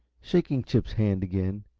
shaking chip's hand again.